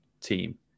team